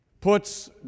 puts